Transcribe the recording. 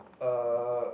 !huh!